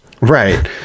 Right